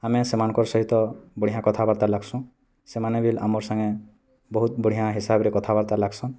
ଆମେ ସେମାନଙ୍କର୍ ସହିତ ବଢ଼ିଆଁ କଥାବାର୍ତ୍ତା ଲାଗ୍ସୁଁ ସେମାନେ ବିଲ୍ ଆମର୍ ସାଙ୍ଗେ ବହୁତ ବଢ଼ିଆଁ ହିସାବରେ କଥାବାର୍ତ୍ତା ଲାଗ୍ସନ୍